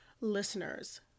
listeners